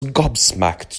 gobsmacked